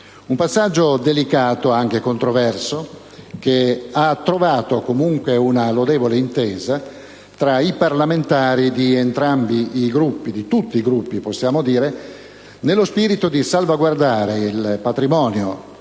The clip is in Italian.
un passaggio delicato, anche controverso, che ha trovato comunque una lodevole intesa tra i parlamentari di entrambi i Gruppi (in realtà possiamo dire di tutti i Gruppi), nello spirito di salvaguardare il patrimonio